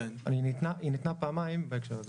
היא ניתנה פעמיים בהקשר הזה.